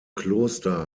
kloster